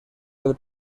del